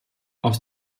aus